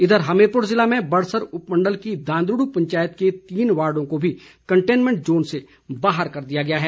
इधर हमीरपुर ज़िले में बड़सर उपमंडल की दांदडू पंचायत के तीन वार्डों को भी कंटेनमेंट जोन से बाहर कर दिया गया है